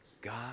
God